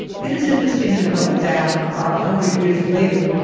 it is interesting to note that, about a hundred years later,